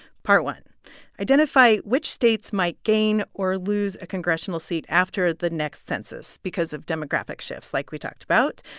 part one identify which states might gain or lose a congressional seat after the next census because of demographic shifts, like we talked about.